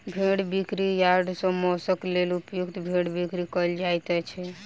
भेंड़ बिक्री यार्ड सॅ मौंसक लेल उपयुक्त भेंड़क बिक्री कयल जाइत छै